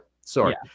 sorry